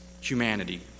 humanity